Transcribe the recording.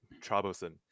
troublesome